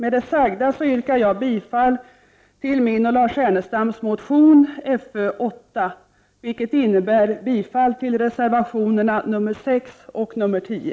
Jag yrkar bifall till min och Lars Ernestams motion Fö8, vilket innebär bifall till reservationerna nr 6 och nr 10.